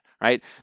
right